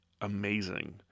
amazing